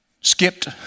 skipped